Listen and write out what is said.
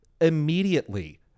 immediately